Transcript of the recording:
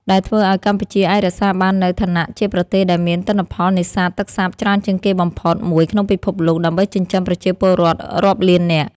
ដែលធ្វើឱ្យកម្ពុជាអាចរក្សាបាននូវឋានៈជាប្រទេសដែលមានទិន្នផលនេសាទទឹកសាបច្រើនជាងគេបំផុតមួយក្នុងពិភពលោក ដើម្បីចិញ្ចឹមប្រជាពលរដ្ឋរាប់លាននាក់។